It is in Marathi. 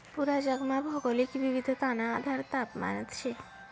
पूरा जगमा भौगोलिक विविधताना आधार तापमानच शे